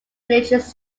religious